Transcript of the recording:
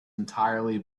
entirely